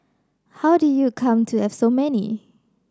how did you come to have so many